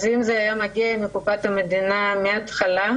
אם זה היה מגיע מקופת המדינה מההתחלה,